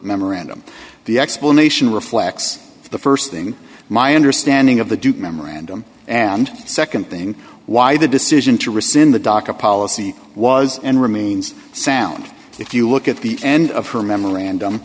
memorandum the explanation reflects the st thing my understanding of the memorandum and nd thing why the decision to rescind the docket policy was and remains sound if you look at the end of her memorandum